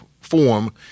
form